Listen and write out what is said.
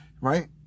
Right